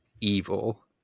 evil